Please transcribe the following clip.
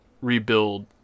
rebuild